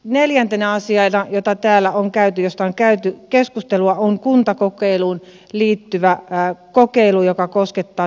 neljäntenä asiana josta täällä on käyty keskustelua on kuntakokeiluun liittävä kokeilu joka koskettaa työllistymisbonusta